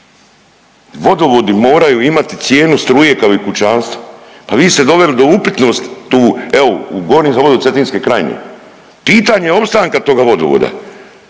Vodovodi moraju imati cijenu struje kao i kućanstva, pa vi ste doveli do upitnosti tu, evo govorim za vodu Cetinske krajine, pitanje opstanka toga vodovoda,